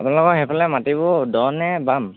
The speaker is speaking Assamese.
আপোনালোকৰ সেইফালে মাতিবোৰ দনে বাম